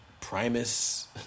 Primus